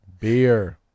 Beer